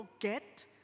forget